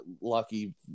lucky